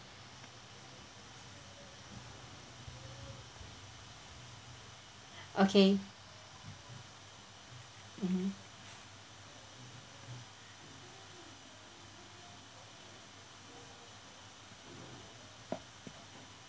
okay mmhmm